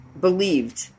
believed